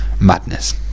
madness